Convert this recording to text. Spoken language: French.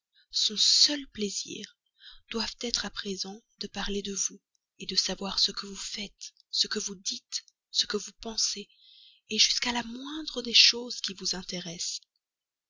son seul plaisir doivent être à présent de parler de vous de savoir ce que vous faites ce que vous dites ce que vous pensez jusqu'à la moindre des choses qui vous intéressent